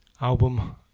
album